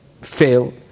fail